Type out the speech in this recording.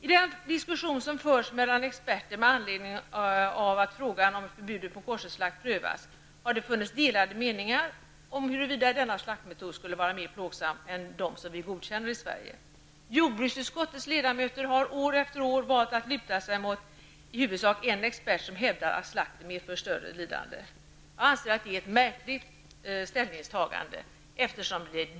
I den diskussion som har förts mellan experter med anledning av att förbudet mot koscherslakt har prövats, har det funnits delade meningar om huruvida denna slaktmetod skulle vara mer plågsam än de metoder som vi godkänner i Sverige. Jordbruksutskottets ledamöter har år efter år valt att luta sig emot i huvudsak en expert, som hävdar att slakten medför större lidande. Jag anser att detta är ett märkligt ställningstagande.